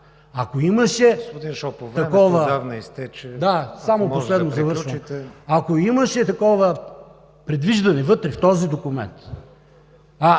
Ако имаше такова предвиждане вътре в този документ,